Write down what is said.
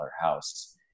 house